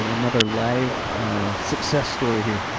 and another live success story here.